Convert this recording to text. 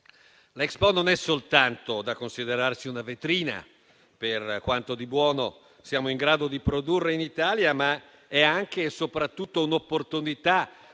L'Expo non è soltanto da considerarsi una vetrina per quanto di buono siamo in grado di produrre in Italia, ma è anche e soprattutto un'opportunità